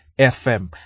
FM